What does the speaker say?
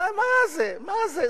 מה זה, מה זה?